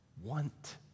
Want